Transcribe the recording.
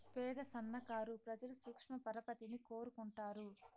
పేద సన్నకారు ప్రజలు సూక్ష్మ పరపతిని కోరుకుంటారు